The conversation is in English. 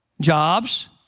Jobs